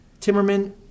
Timmerman